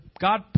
God